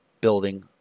building